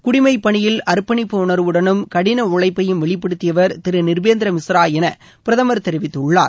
குடிமைப் பணியில் அர்பணிப்பு உணர்வுடனும் கடின உழழப்பையும் வெளிபடுத்தியவர் திரு நிப்பேந்திர மிஸ்ரா என பிரதமர் தெரிவித்துள்ளார்